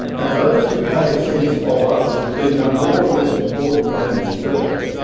and those who have a sense of others as being no more or less important than themselves,